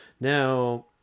Now